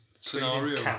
scenario